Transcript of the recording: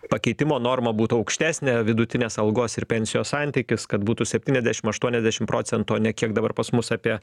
pakeitimo norma būtų aukštesnė vidutinės algos ir pensijos santykis kad būtų septyniasdešim aštuoniasdešim procentų o ne kiek dabar pas mus apie